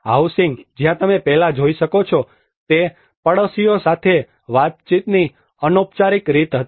housing જ્યાં તમે પહેલા જોઈ શકો છો તે પડોશીઓ સાથે વાતચીતની અનૌપચારિક રીત હતી